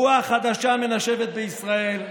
רוח חדשה מנשבת בישראל,